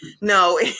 No